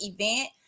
event